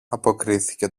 αποκρίθηκε